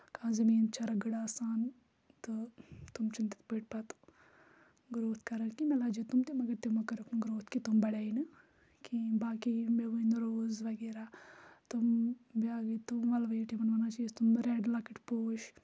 کانٛہہ زٔمیٖن چھِ رَگٕڑ آسان تہٕ تم چھِنہٕ تِتھ پٲٹھۍ پَتہٕ گروتھ کَران کیٚنٛہہ مےٚ لاجے تم تہِ مگر تِمو کٔرٕکھ نہٕ گروتھ کہِ تم بَڑے نہٕ کِہیٖنۍ باقٕے مےٚ وٕنۍ نہٕ روز وغیرہ تم بیٛاکھ تم وَلہٕ وَیُٹ یِمَن وَنان چھِ أسۍ تم رٮ۪ڈ لَکٕٹۍ پوش